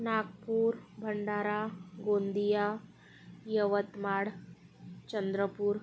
Nagpur Bhandara Gondia Yavatmal Chandrapur